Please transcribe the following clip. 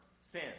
sin